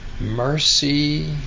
mercy